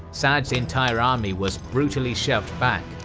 sa'd's entire army was brutally shoved back,